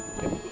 can we go